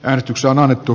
äänestys on annettu